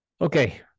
Okay